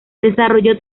desarrolló